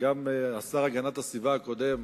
וגם השר להגנת הסביבה הקודם,